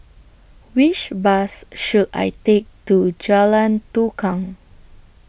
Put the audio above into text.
Which Bus should I Take to Jalan Tukang